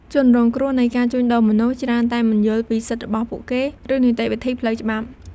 ជនរងគ្រោះនៃការជួញដូរមនុស្សច្រើនតែមិនយល់ពីសិទ្ធិរបស់ពួកគេ ឬនីតិវិធីផ្លូវច្បាប់។